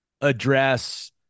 address